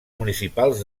municipals